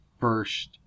first